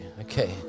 Okay